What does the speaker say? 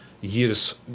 years